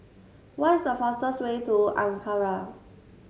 what is the fastest way to Ankara